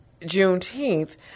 Juneteenth